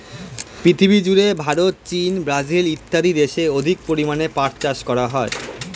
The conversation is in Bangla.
পৃথিবীজুড়ে ভারত, চীন, ব্রাজিল ইত্যাদি দেশে অধিক পরিমাণে পাট চাষ করা হয়